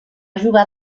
jugar